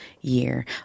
year